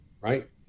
right